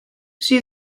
she